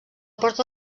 porta